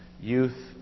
youth